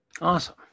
Awesome